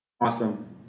Awesome